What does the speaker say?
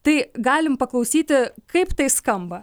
tai galim paklausyti kaip tai skamba